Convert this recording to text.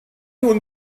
hwn